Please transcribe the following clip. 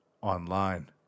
online